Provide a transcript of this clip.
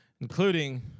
including